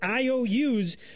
IOUs